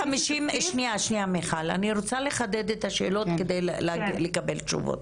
אני רוצה לחדד את השאלות כדי לקבל תשובות.